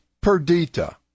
Perdita